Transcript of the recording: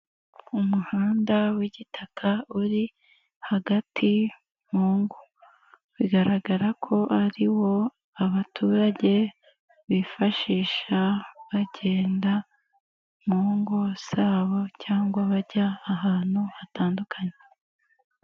Umuhanda w'igitaka uri hagati mu ngo, bigaragara ko ari wo abaturage bifashisha bagenda, mu ngo zabo, cyangwa bajya ahantu hatandukanye.